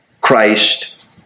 Christ